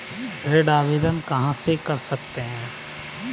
ऋण आवेदन कहां से कर सकते हैं?